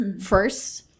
first